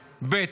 ב.